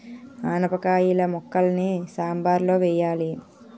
ఆనపకాయిల ముక్కలని సాంబారులో వెయ్యాలి